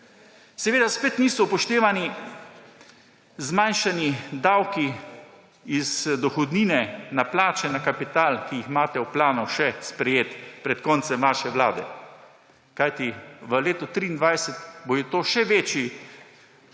Seveda spet niso upoštevani zmanjšani davki iz dohodnine na plače, na kapital, ki jih imate v planu še sprejeti pred koncem vaše vlade. Kajti v letu 2023 bodo to še večji